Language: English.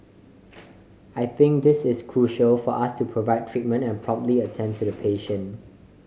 I think this is crucial for us to provide treatment and promptly attend to the patient